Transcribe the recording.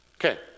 Okay